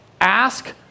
ask